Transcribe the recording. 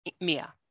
Mia